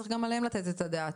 צריך גם עליהם לתת את הדעת.